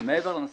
מעבר לנושא.